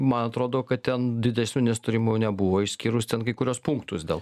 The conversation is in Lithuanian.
man atrodo kad ten didesnių nesutarimų nebuvo išskyrus ten kai kuriuos punktus dėl